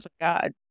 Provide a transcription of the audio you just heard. god